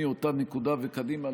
מאותה נקודה וקדימה,